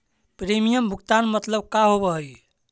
Premium भुगतान मतलब का होव हइ?